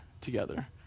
together